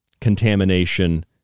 contamination